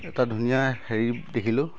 এটা ধুনীয়া হেৰি দেখিলোঁ